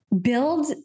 build